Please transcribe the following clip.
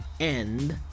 end